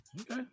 Okay